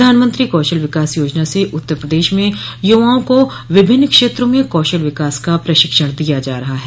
प्रधानमंत्री कौशल विकास योजना से उत्तर प्रदेश में युवाओं को विभिन्न क्षेत्रों में कौशल विकास का प्रशिक्षण दिया जा रहा है